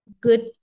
good